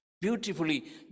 Beautifully